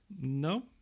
No